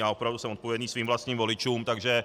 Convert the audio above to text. Já opravdu jsem odpovědný svým vlastním voličům, takže...